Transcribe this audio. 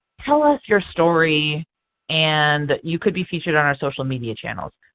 tell us your story and you could be featured on our social media channel.